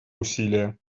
усилия